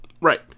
Right